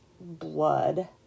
blood